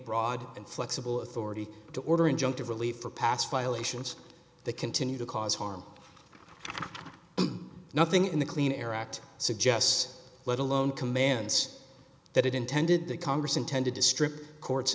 broad inflexible authority to order injunctive relief for past violations that continue to cause harm nothing in the clean air act suggests let alone commands that it intended the congress intended to strip courts